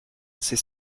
c’est